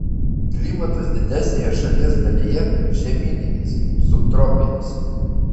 klimatas didesnėje šalies dalyje žemyninis subtropinis